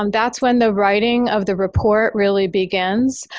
um that's when the writing of the report really begins,